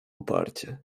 uparcie